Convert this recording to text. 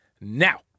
now